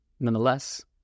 Nonetheless